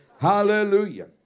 Hallelujah